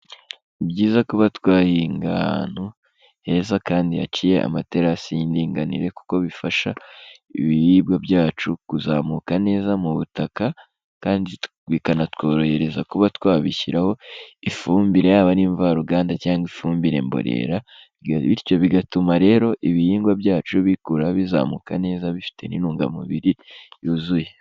Ni byiza kuba twahinga ahantu heza kandi haciye amaterasi y'indinganire, kuko bifasha ibiribwa byacu kuzamuka neza mu butaka kandi bikanatworohereza kuba twabishyiraho ifumbire yaba ari imvaruganda cyangwa ifumbire mborera, bityo bigatuma rero ibihingwa byacu bikura bizamuka neza bifite n'intungamubiri yuzuye.